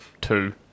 two